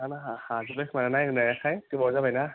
गावहा हाजोबाय खोमा नाबाथानायखाय गोबाव जाबाय ना